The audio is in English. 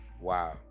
wow